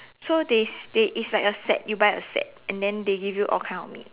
so they they it's like a set you buy a set and then they give you all kind of meat